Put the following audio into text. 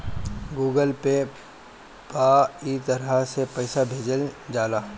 Google Pay पअ इ तरह से पईसा भेजल जाला